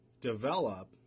develop